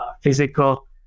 physical